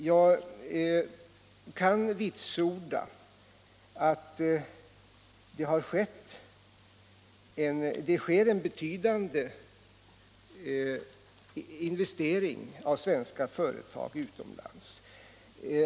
Jag kan vitsorda att svenska företag gör betydande investeringar utomlands.